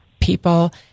people